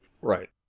Right